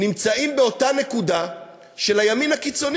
נמצאים באותה נקודה של הימין הקיצוני